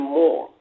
more